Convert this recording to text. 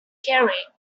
carried